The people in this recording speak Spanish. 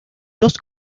dos